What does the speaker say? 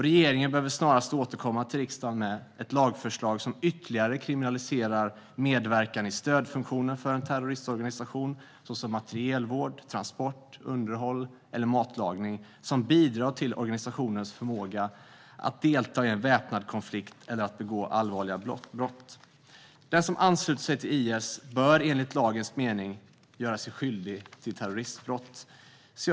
Regeringen behöver snarast återkomma till riksdagen med ett lagförslag som ytterligare kriminaliserar medverkan i stödfunktioner för en terroristorganisation, såsom materielvård, transport och underhåll eller matlagning, som bidrar till organisationens förmåga att delta i en väpnad konflikt eller att begå allvarliga brott. Den som ansluter sig till IS bör enligt lagens mening göra sig skyldig till terroristbrott. Herr talman!